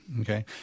Okay